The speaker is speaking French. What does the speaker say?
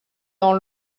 dans